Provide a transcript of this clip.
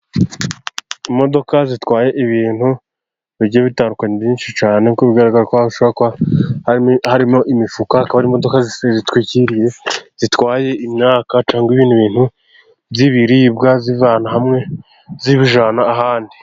Imodoka zitwaye ibintu bigiye bitandukanye byinshi cyane, nkuko bigaragara ko hashobora kuba harimo imifuka, akaba ari imodoka zitwikiriye zitwaye imyaka, cyangwa ibindi bintu by'ibiribwa, zivana hamwe zibijyana ahandi.